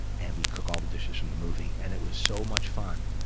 and we'd cook all the dishes from the movie. and it was so much fun,